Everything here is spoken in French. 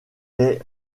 est